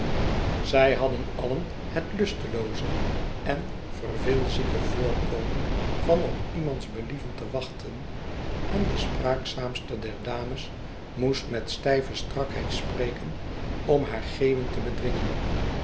zij hadden alien het lustelooze en verveelzieke voorkomen van op iemands believen te wachten en de spraakzaamste der dames moest met stijve strakheid spreken om haar geeuwen te bedwingen